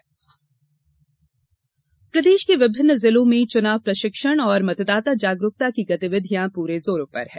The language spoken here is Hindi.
मतदान तैयारी प्रदेश के विभिन्न जिलों में चुनाव प्रशिक्षण और मतदाता जागरूकता की गतिविधियां पूरे जोरों पर है